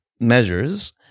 measures